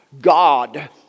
God